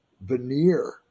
veneer